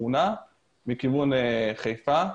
לשכונה מכיוון חיפה.